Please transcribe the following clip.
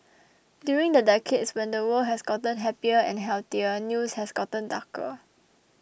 during the decades when the world has gotten happier and healthier news has gotten darker